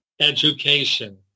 education